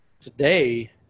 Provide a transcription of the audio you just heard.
today